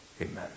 Amen